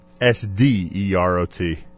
S-D-E-R-O-T